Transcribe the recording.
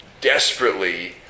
desperately